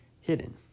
hidden